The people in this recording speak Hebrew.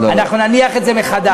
אנחנו נניח את זה מחדש,